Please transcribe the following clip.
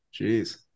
Jeez